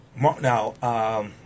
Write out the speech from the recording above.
Now